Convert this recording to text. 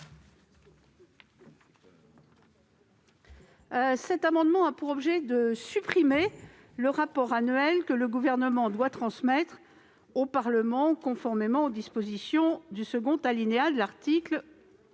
Cet amendement vise à supprimer le rapport annuel que le Gouvernement doit transmettre au Parlement, conformément aux dispositions du second alinéa de l'article L.O.